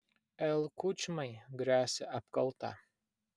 l kučmai gresia apkalta